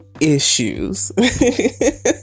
issues